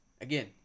Again